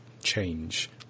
change